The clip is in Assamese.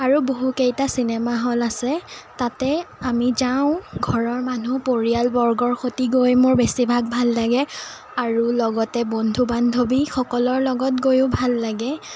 আৰু বহুকেইটা চিনেমাহল আছে তাতে আমি যাওঁ ঘৰৰ মানুহ পৰিয়ালবৰ্গৰ সৈতে গৈ মোৰ বেছিভাগ ভাল লাগে আৰু লগতে বন্ধু বান্ধৱীসকলৰ লগত গৈও ভাল লাগে